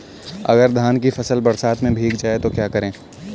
अगर धान की फसल बरसात में भीग जाए तो क्या करें?